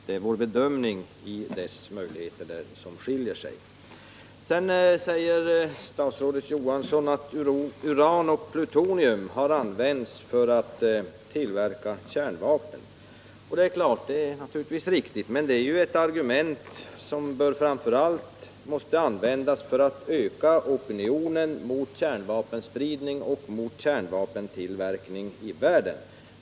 Det är vår bedömning av dessa möjligheter som skiljer sig från hans. Sedan säger statsrådet Johansson att uran och plutonium har tillverkats för framställning av kärnvapen. Detta är naturligtvis riktigt, men det är ju ett argument som måste användas fram för allt för att öka opinionen mot kärnvapentillverkning och kärnvapenspridning i världen.